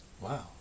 Wow